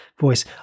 voice